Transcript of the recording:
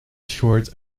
short